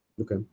Okay